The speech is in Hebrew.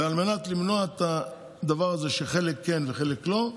ועל מנת למנוע את הדבר הזה שחלק כן וחלק לא,